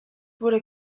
wurde